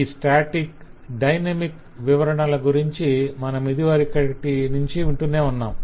ఈ static dynamic వివరణల గురించి మనమిదివరకటి నుంచి వింటూనే ఉన్నాము